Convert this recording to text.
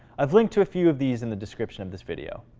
i've linked to a few of these in the description of this video.